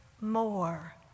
more